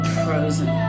frozen